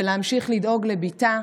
ולהמשיך לדאוג לביתה,